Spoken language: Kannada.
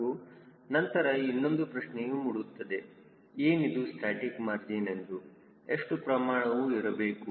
ಹಾಗೂ ನಂತರ ಇನ್ನೊಂದು ಪ್ರಶ್ನೆಯೂ ಮೂಡುತ್ತದೆ ಏನಿದು ಸ್ಟಾಸ್ಟಿಕ್ ಮಾರ್ಜಿನ್ ಎಂದು ಎಷ್ಟು ಪ್ರಮಾಣವು ಇರಬೇಕು